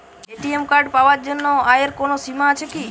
ATM card পাওয়ার জন্য আয়ের কোনো সীমা আছে কি?